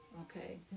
okay